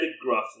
gruffly